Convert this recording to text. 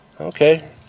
okay